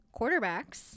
quarterbacks